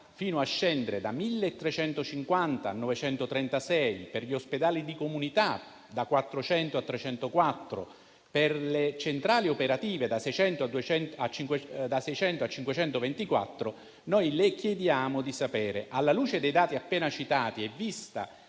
fino a scendere da 1.350 a 936; per gli ospedali di comunità, da 400 a 304; per le centrali operative, da 600 a 524. Alla luce dei dati appena citati e visti